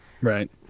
Right